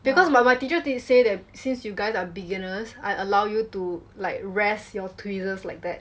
because my my teacher did say that since you guys are beginners I allow you to like rest your tweezers like that